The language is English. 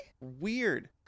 Weird